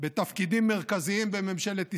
בתפקידים מרכזיים בממשלת ישראל,